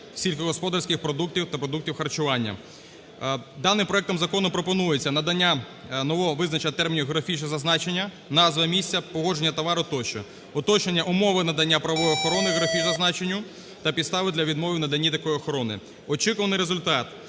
сільськогосподарських продуктів та продуктів харчування. Даним проектом закону пропонується надання нового визначення термінів географічного зазначення, назви місця, походження товару тощо; уточнення умови надання правової охорони географічному зазначенню та підстави для відмови в наданні такої охорони. Очікуваний результат: